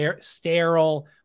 sterile